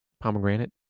Pomegranate